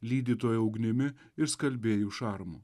lydytojo ugnimi ir skalbėjų šarmu